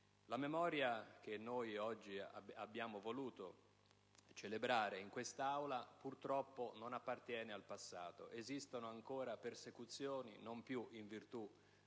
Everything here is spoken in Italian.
La memoria che oggi abbiamo voluto celebrare in quest'Aula purtroppo non appartiene al passato: esistono ancora persecuzioni, non più in virtù